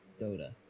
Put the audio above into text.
Dota